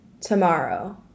tomorrow